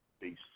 Peace